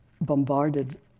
bombarded